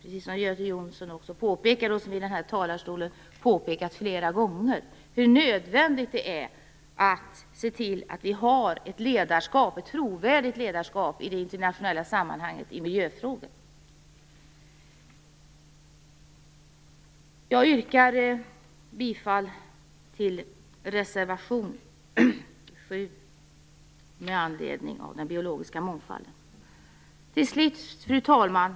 Precis som Göte Jonsson också påpekade och som i den här talarstolen har påpekats flera gånger är det nödvändigt att se till att vi har ett trovärdigt ledarskap i miljöfrågor i det internationella sammanhanget. Jag yrkar bifall till reservation 7 med anledning av den biologiska mångfalden. Fru talman!